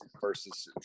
versus